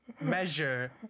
measure